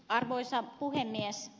arvoisa puhemies